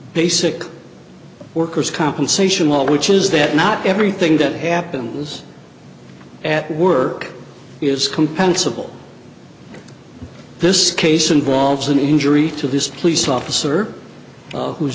basic workers compensation law which is that not everything that happens at work is compensable this case involves an injury to this police officer